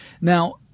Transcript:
Now